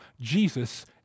Jesus